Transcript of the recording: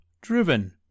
driven